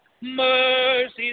Mercy